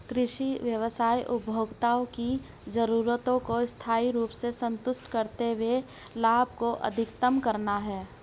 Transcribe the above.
कृषि व्यवसाय उपभोक्ताओं की जरूरतों को स्थायी रूप से संतुष्ट करते हुए लाभ को अधिकतम करना है